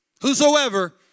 Whosoever